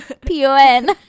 P-O-N